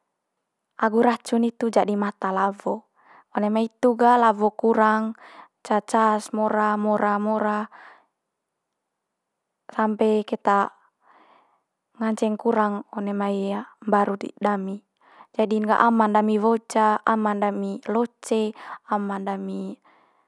agu racun hitu jadi mata lawo. One mai hitu ga lawo kurang ca- ca's mora mora mora sampe keta nganceng kurang one mai mbaru dami. Jadi'n gah aman dami woja, aman dami loce, aman dami.